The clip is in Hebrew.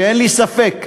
שאין לי ספק שימשיכו,